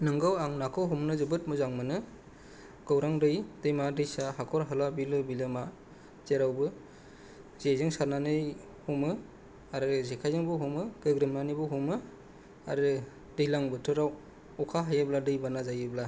नंगौ आं नाखौ हमनो जोबोद मोजां मोनो गौरां दै दैमा दैसा हाखर हाला बिलो बिलोमा जेरावबो जेजों सारनानै हमो आरो जेखायजोंबो हमो गोग्रोमनानैबो हमो आरो दैज्लां बोथोराव अखा हायोब्ला दै बाना जायोब्ला